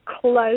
close